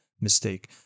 mistake